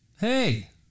Hey